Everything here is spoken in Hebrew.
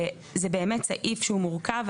זה באמת בסעיף שהוא מורכב,